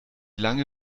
lange